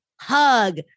hug